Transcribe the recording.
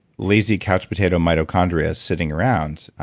lazy couch potato mitochondria sitting around,